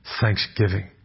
Thanksgiving